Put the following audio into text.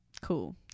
cool